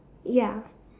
ya